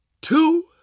two